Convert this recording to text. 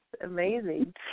amazing